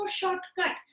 shortcut